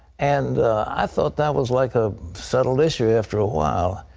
and i thought that was like a settled issue after a while.